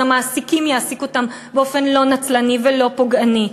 אז המעסיקים יעסיקו אותם באופן לא נצלני ולא פוגעני.